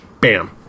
bam